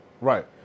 Right